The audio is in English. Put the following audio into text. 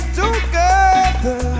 together